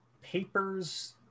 papers